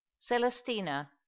Celestina